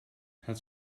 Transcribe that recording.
het